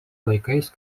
laikais